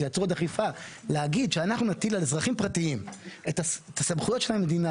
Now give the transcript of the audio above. כשאני מסתכל על המדינה